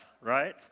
right